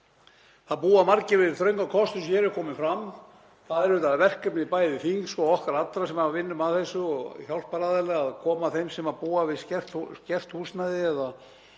Það búa margir við þröngan kost, eins og hér hefur komið fram. Það er verkefni bæði þings og okkar allra sem vinnum að þessu og hjálparaðila að koma þeim til hjálpar sem búa við skert húsnæði